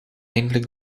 eindelijk